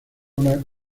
una